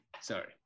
Sorry